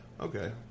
Okay